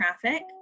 traffic